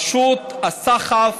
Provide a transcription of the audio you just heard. פשוט הסחף